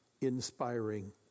Inspiring